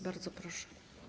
Bardzo proszę.